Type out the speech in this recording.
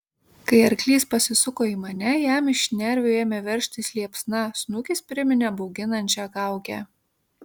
kai arklys pasisuko į mane jam iš šnervių ėmė veržtis liepsna snukis priminė bauginančią kaukę